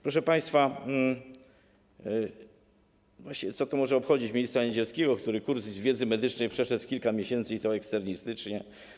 Proszę państwa, co to może obchodzić ministra Niedzielskiego, który kurs wiedzy medycznej przeszedł w kilka miesięcy, i to eksternistycznie?